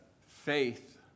faith